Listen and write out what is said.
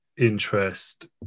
interest